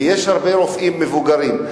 יש הרבה רופאים מבוגרים,